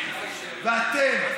ואתם,